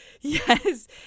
yes